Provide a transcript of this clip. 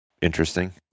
interesting